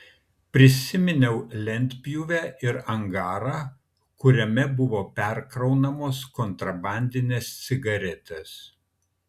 prisiminiau lentpjūvę ir angarą kuriame buvo perkraunamos kontrabandinės cigaretės